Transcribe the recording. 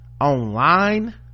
online